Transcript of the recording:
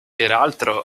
peraltro